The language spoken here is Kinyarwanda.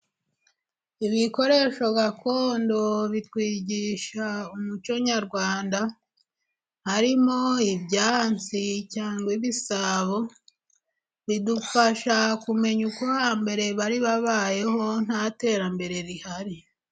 Ibikoresho gakondo bitwigisha umuco nyarwanda harimo ibyansi cyangwa ibisabo, bidufasha kumenya uko hambere bari babayeho nta terambere rihari.